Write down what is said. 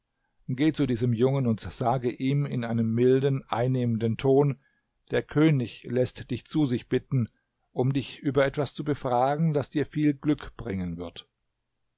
geh zu diesem jungen und sage ihm in einem milden einnehmenden ton der könig läßt dich zu sich bitten um dich über etwas zu befragen das dir viel glück bringen wird